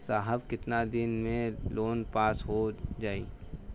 साहब कितना दिन में लोन पास हो जाई?